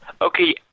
Okay